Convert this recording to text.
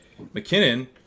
mckinnon